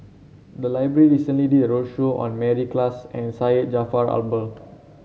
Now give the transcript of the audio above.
the library recently did a roadshow on Mary Klass and Syed Jaafar Albar